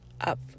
up